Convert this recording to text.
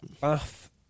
Bath